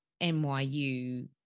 NYU